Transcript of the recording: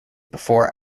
before